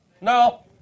No